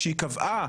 כשהיא קבעה